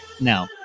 No